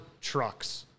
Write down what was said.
Trucks